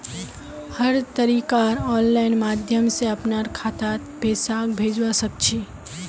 हर तरीकार आनलाइन माध्यम से अपनार खातात पैसाक भेजवा सकछी